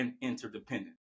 interdependent